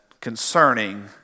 concerning